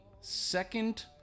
second